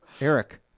Eric